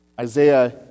Isaiah